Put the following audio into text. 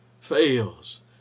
fails